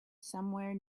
somewhere